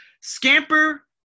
Scamper